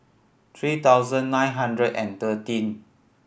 three thousand nine hundred and thirteen